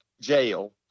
jail